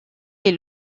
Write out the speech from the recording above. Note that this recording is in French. est